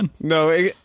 no